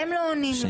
הם לא עונים,